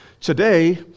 today